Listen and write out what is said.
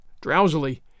drowsily